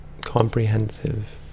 comprehensive